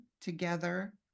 together